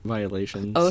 Violations